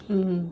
mmhmm